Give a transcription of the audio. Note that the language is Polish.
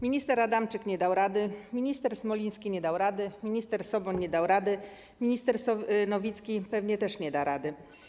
Minister Adamczyk nie dał rady, minister Smoliński nie dał rady, minister Soboń nie dał rady, minister Nowicki pewnie też nie da rady.